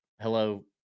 hello